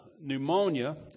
pneumonia